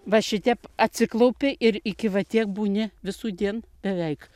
va šitep atsiklaupi ir iki va tiek būni visų dien beveik